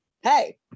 Hey